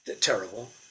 Terrible